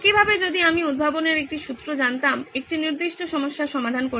একইভাবে যদি আমি উদ্ভাবনের একটি সূত্র জানতাম একটি নির্দিষ্ট সমস্যার সমাধান করতে